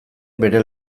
bere